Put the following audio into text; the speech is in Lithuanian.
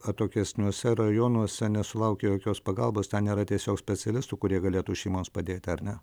atokesniuose rajonuose nesulaukia jokios pagalbos ten nėra tiesiog specialistų kurie galėtų šeimoms padėti ar ne